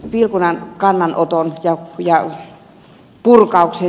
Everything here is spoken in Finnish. vilkunan kannanoton ja purkauksen